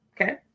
okay